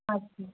আচ্ছা